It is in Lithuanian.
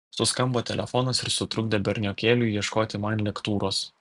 suskambo telefonas ir sutrukdė berniokėliui ieškoti man lektūros